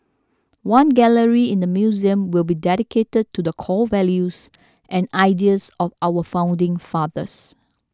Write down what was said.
one gallery in the Museum will be dedicated to the core values and ideals of our founding fathers